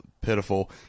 pitiful